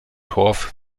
torf